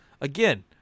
again